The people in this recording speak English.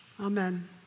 Amen